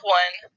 one